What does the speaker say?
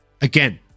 Again